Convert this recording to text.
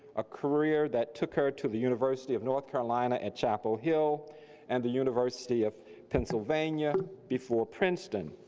a career that took her to the university of north carolina at chapel hill and the university of pennsylvania, before princeton.